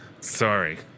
Sorry